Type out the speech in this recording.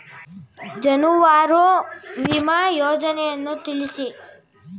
ಜಾನುವಾರು ವಿಮಾ ಯೋಜನೆಯನ್ನು ತಿಳಿಸಿ?